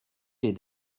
l’est